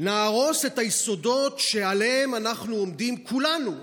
נהרוס את היסודות שעליהם אנחנו עומדים כולנו,